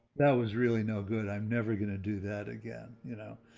that was really no good. i'm never gonna do that again, you know,